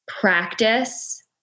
practice